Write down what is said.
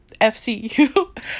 FCU